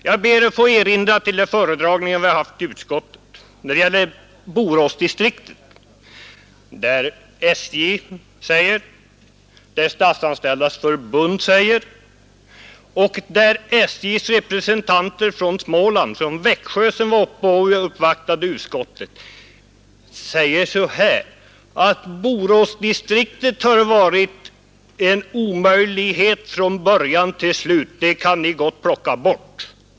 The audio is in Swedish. Jag ber att få erinra om den föredragning vi hade i utskottet om Boråsdistriktet, där Statsanställdas förbunds företrädare och SJ:s representant från Växjö sade att Boråsdistriktet var en omöjlighet från början till slut; det kunde gott plockas bort.